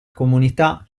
comunità